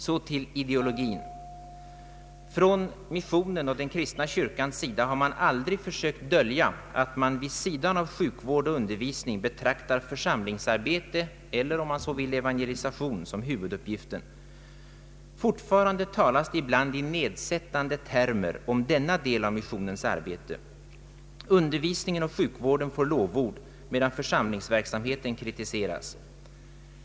Nu till ideologin: Från missionens och den kristna kyrkans sida har man aldrig försökt dölja att man vid sidan av sjukvård och undervisning betraktar församlingsarbete eller evangelisation som huvuduppgiften. Fortfarande talas det ibland i nedsättande termer om denna del av missionens arbete. Undervisningen och sjukvården får lovord, medan församlingsverksamheten kritiseras.